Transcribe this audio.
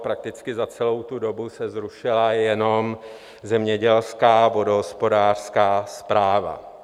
Prakticky za celou tu dobu se zrušila jenom Zemědělská vodohospodářská správa.